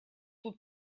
тут